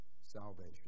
salvation